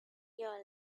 your